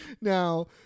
Now